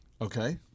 Okay